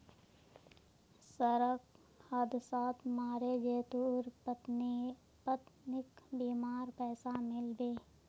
सड़क हादसात मरे जितुर पत्नीक बीमार पैसा मिल बे